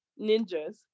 ninjas